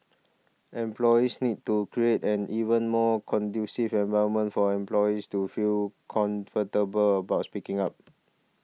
employees need to create an even more conducive environment for employees to feel comfortable about speaking up